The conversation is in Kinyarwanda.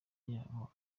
yabo